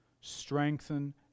strengthen